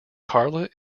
carla